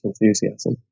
enthusiasm